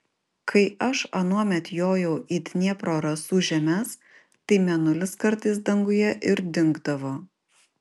kai aš anuomet jojau į dniepro rasų žemes tai mėnulis kartais danguje ir dingdavo